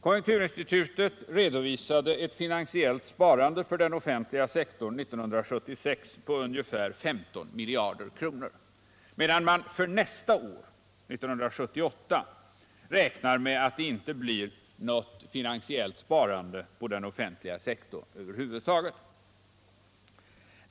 Konjunkturinstitutet redovisade ett finansiellt sparande för den offentliga sektorn 1976 på ungefär 15 miljarder kronor, medan man för nästa år — 1978 — räknar med att det inte blir något finansiellt sparande på den offentliga sektorn över huvud taget.